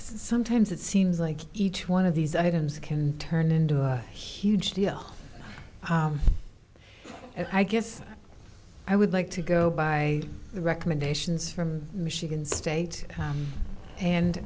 sometimes it seems like each one of these items can turn into a huge deal i guess i would like to go by the recommendations from michigan state